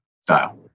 style